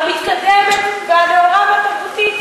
המתקדמת והנאורה והתרבותית.